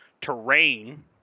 terrain